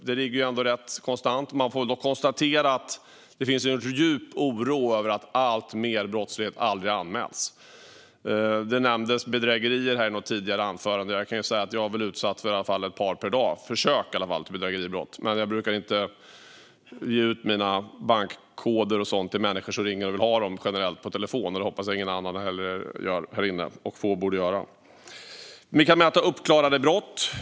Det ligger rätt konstant. Man kan dock konstatera att det finns en djup oro över att en större mängd brottslighet aldrig anmäls. I ett tidigare anförande nämndes bedrägerier. Jag kan berätta att jag själv utsätts för åtminstone ett par bedrägeriförsök per dag. Jag brukar dock generellt inte lämna ut mina bankkoder och sådant på telefon till andra människor som ringer och vill ha dem. Det hoppas jag att ingen annan här inne heller gör. Få borde göra det. Vi kan vidare mäta uppklarade brott.